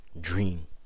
dream